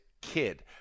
kid